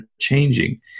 changing